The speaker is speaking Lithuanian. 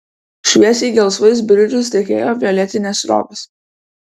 šviesiai gelsvais bridžais tekėjo violetinės srovės